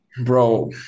bro